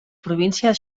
província